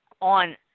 on